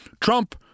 Trump